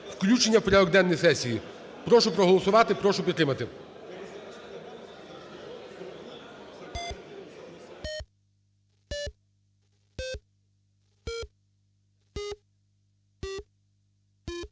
включення в порядок денний сесії. Прошу проголосувати, прошу підтримати.